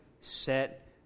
set